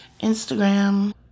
Instagram